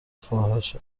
فاحش